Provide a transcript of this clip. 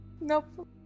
nope